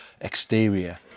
exterior